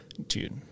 Dude